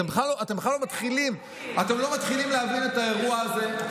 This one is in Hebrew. אתם בכלל לא מתחילים להבין את האירוע הזה.